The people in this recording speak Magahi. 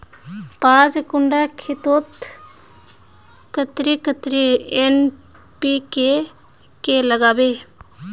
पाँच कट्ठा खेतोत कतेरी कतेरी एन.पी.के के लागबे?